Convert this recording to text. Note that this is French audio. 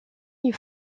une